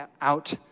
out